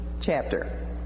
chapter